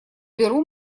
беру